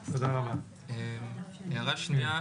הערה שנייה,